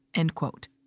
end quote.